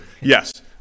Yes